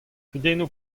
kudennoù